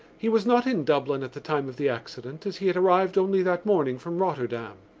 he was not in dublin at the time of the accident as he had arrived only that morning from rotterdam.